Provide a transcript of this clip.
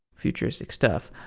futuristic stuff.